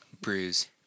Bruise